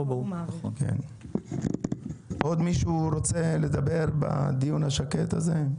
האם עוד מישהו רוצה לדבר בדיון השקט הזה?